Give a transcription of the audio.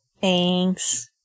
Thanks